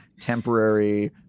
temporary